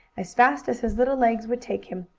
as fast as his little legs would take him,